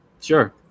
sure